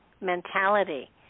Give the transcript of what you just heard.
mentality